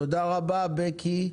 תודה רבה, בקי.